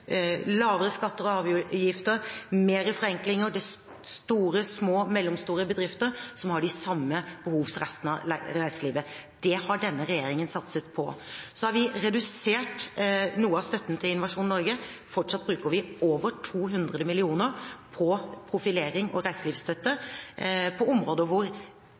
lavere skatter og avgifter, mer forenklinger – det er store, små og mellomstore bedrifter som har de samme behov som resten av næringslivet. Det har denne regjeringen satset på. Så har vi redusert noe av støtten til Innovasjon Norge. Fortsatt bruker vi over 200 mill. kr på profilering og reiselivsstøtte på områder hvor